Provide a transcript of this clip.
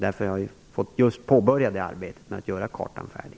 Därför har vi just fått påbörja arbetet med att göra kartan färdig.